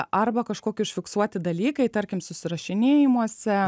arba kažkokie užfiksuoti dalykai tarkim susirašinėjimuose